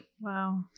Wow